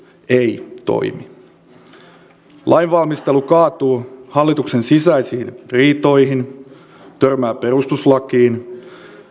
ei toimi lainvalmistelu kaatuu hallituksen sisäisiin riitoihin tai törmää perustuslakiin